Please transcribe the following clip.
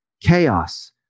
chaos